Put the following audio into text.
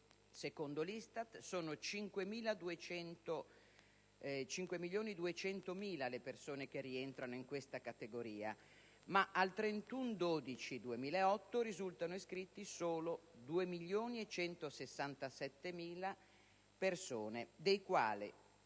Secondo l'ISTAT sono 5.200.000 le persone che rientrano in questa categoria, ma al 31 dicembre 2008 risultano iscritti solo circa 2.167.000 soggetti, dei quali